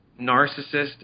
narcissist